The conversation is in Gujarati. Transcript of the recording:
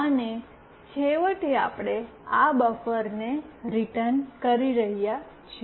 અને છેવટે આપણે આ બફરને રીટર્ન કરી રહ્યા છીએ